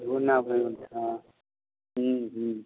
हँ